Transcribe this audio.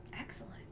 Excellent